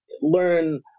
learn